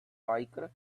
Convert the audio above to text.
biker